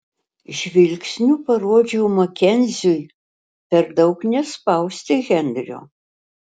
žvilgsniu parodžiau makenziui per daug nespausti henrio